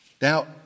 Now